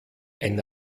ein